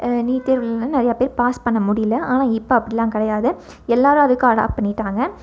NEET தேர்வுலேயும் நிறையா பேர் பாஸ் பண்ண முடியல ஆனால் இப்போ அப்படில்லாம் கிடையாது எல்லாேரும் அதுக்கு அடாப் பண்ணிவிட்டாங்க